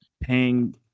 paying